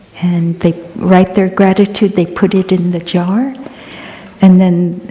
and they write their gratitude, they put it in the jar and then,